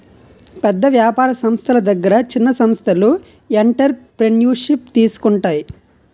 పెద్ద వ్యాపార సంస్థల దగ్గర చిన్న సంస్థలు ఎంటర్ప్రెన్యూర్షిప్ తీసుకుంటాయి